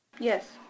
Yes